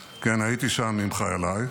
כן, הייתי שם עם חייליי,